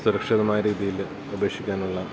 സുരക്ഷിതമായ രീതിയില് ഉപേക്ഷിക്കാനുള്ള